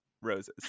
Roses